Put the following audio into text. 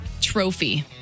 trophy